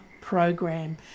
program